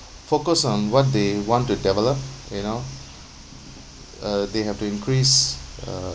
focus on what they want to develop you know uh they have to increase uh